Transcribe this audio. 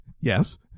Yes